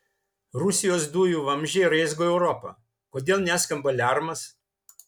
rusijos dujų vamzdžiai raizgo europą kodėl neskamba aliarmas